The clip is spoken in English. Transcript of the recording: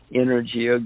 energy